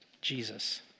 Jesus